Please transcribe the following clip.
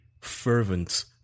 fervent